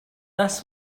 this